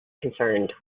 concerned